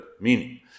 Meaning